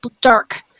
dark